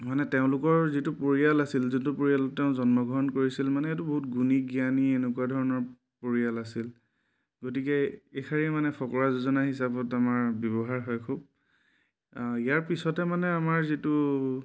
মানে তেওঁলোকৰ যিটো পৰিয়াল আছিল যোনটো পৰিয়ালত তেওঁ জন্মগ্ৰহণ কৰিছিল মানে এইটো বহুত গুণি জ্ঞানী এনেকুৱা ধৰণৰ পৰিয়াল আছিল গতিকে এইষাৰেই মানে ফকৰা যোজনা হিচাপত আমাৰ ব্যৱহাৰ হয় খুব ইয়াৰ পিছতে মানে আমাৰ যিটো